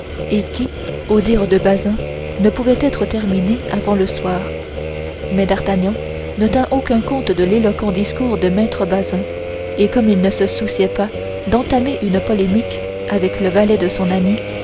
et qui au dire de bazin ne pouvait être terminée avant le soir mais d'artagnan ne tint aucun compte de l'éloquent discours de maître bazin et comme il ne se souciait pas d'entamer une polémique avec le valet de son ami